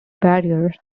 barrier